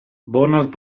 bonard